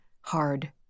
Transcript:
hard